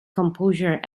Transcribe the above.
composure